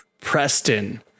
Preston